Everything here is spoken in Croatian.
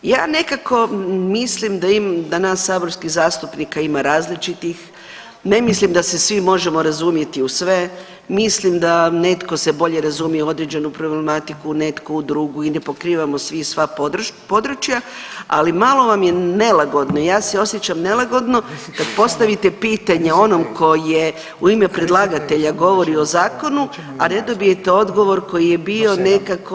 Ja nekako mislim da nas saborskih zastupnika ima različitih, ne mislim da se svi možemo razumjeti u sve, mislim da netko se bolje razumije u određenu problematiku netko u drugu i ne pokrivamo svi sva područja, ali malo vam je nelagodno i ja se osjećam nelagodno kad postavite pitanje onom ko u ime predlagatelja govori o zakonu, a ne dobijete odgovor koji je bio nekako